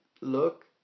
look